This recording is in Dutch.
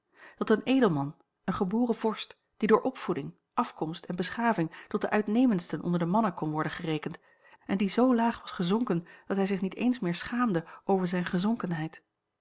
dat een edelman een geboren vorst die door opvoeding afkomst en beschaving tot de uitnemendsten onder de mannen kon worden gerekend en die zoo laag was gezonken dat hij zich niet eens meer schaamde over zijne gezonkenheid